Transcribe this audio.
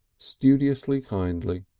studiously kindly.